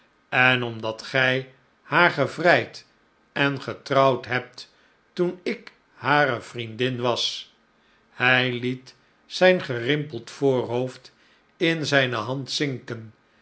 en omdat gij haar gevrijd en getrouwd hebt toen ik hare vriendin was hij liet zijn gerimpeld voorhoofd in zijne hand zinken